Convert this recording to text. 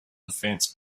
offense